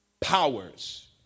powers